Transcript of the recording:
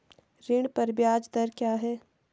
ऋण पर ब्याज दर क्या है?